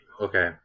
okay